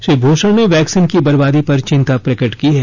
श्री भूषण ने वैक्सीन की बर्बादी पर चिंता प्रकट की है